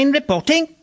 reporting